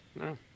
No